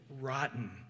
rotten